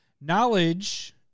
Knowledge